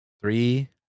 Three